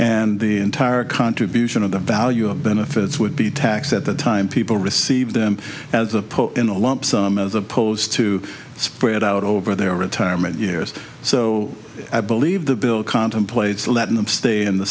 and the entire contribution of the value of benefits would be tax at the time people receive them as a put in a lump sum as opposed to spread out over their retirement years so i believe the bill contemplates letting them stay in the